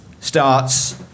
starts